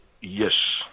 yes